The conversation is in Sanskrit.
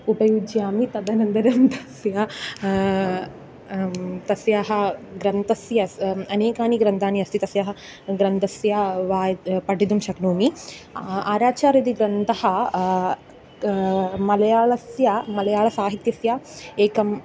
उपयुज्यामि तदनन्तरं तस्य तस्याः ग्रन्थस्य सः अनेकानि ग्रन्थानि अस्ति तस्याः ग्रन्थस्य वायुः पठितुं शक्नोमि आराचार् इति ग्रन्थः मलयाळस्य मलयाळसाहित्यस्य एकं